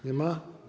Nie ma?